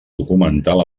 documental